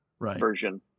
version